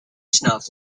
snuff